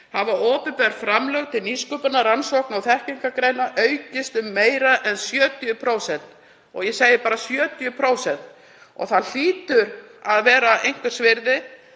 hafa opinber framlög til nýsköpunar, rannsókna og þekkingargreina aukist um meira en 70%. Ég segi bara 70%. Það hlýtur að vera einhvers virði